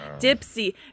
Dipsy